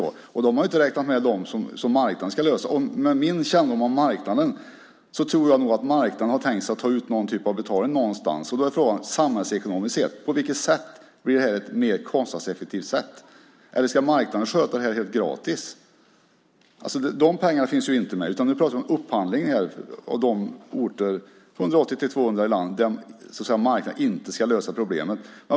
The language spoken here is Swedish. Man har ju inte räknat med dem som marknaden ska lösa detta åt. Med min kännedom om marknaden tror jag att marknaden har tänkt ta ut någon typ av betalning någonstans. Då är frågan på vilket sätt detta blir mer kostnadseffektivt och samhällsekonomiskt. Eller ska marknaden sköta detta gratis? De pengarna har man inte räknat med. Vi pratar om upphandling och om de 180-200 orter i landet där marknaden inte ska lösa problemet.